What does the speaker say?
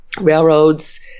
railroads